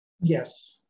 Yes